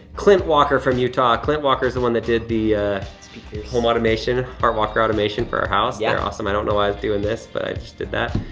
clint walker from utah, clint walker is the one that did the speakers. home automation, our walker automation for our house. yeah they're awesome. i don't know why i was doing this but i just did that.